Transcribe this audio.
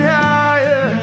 higher